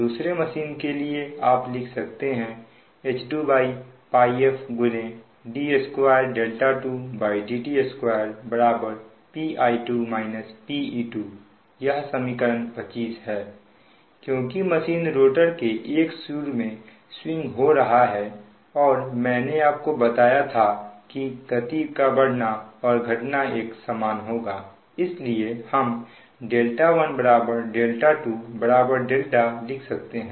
दूसरे मशीन के लिए आप लिख सकते हैं H2Πf d22dt2 Pi2 - Pe2 यह समीकरण 25 है क्योंकि मशीन रोटर एक सूर में स्विंग हो रहा है और मैंने आपको बताया था की गति का बढ़ना और घटना एक समान होगा इसलिए हम 12δलिख सकते हैं